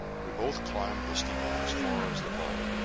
we both climbed the steeple as far as the ball